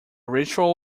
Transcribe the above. ritual